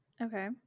Okay